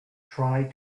try